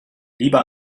lieber